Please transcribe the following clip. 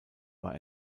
war